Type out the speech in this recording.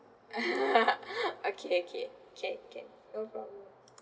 okay okay can can no problem